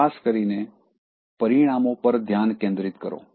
ખાસ કરીને પરિણામો પર ધ્યાન કેન્દ્રિત કરો